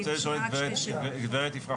אני רוצה לשאול את גב' יפרח.